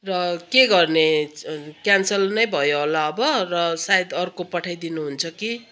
र के गर्ने क्यान्सल नै भयो होला अब र सायद अर्को पठाइदिनु हुन्छ कि